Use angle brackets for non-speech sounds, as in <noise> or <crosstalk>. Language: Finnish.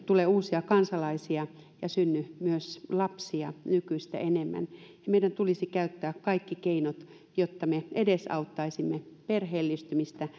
tule uusia kansalaisia ja synny myös lapsia nykyistä enemmän meidän tulisi käyttää kaikki keinot jotta me edesauttaisimme perheellistymistä <unintelligible>